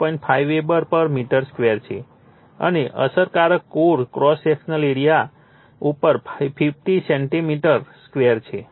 5 weber પર metre square છે અને અસરકારક કોર ક્રોસ સેક્શનલનો એરીઆ ઉપર 50 સેન્ટિમીટર સ્ક્વેર છે